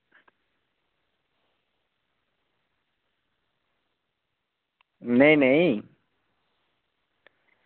नेईं नेईं